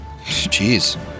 Jeez